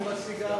הוא בסיגריות.